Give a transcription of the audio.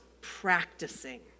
practicing